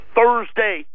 Thursday